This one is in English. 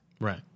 Right